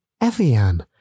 Evian